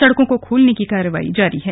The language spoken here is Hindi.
सड़कों को खोलने की कार्रवाई जारी है